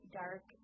dark